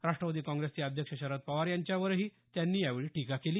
राष्ट्रवादी काँग्रेसचे अध्यक्ष शरद पवार यांच्यावरही त्यांनी यावेळी टीका केली